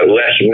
less